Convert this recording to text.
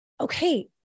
Okay